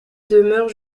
demeure